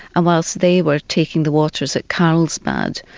whilst they were taking the waters at carlsbad,